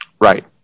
Right